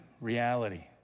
reality